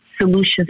solutions